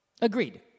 Agreed